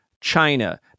China